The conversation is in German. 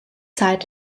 zeit